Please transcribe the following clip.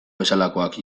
bezalakoak